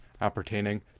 appertaining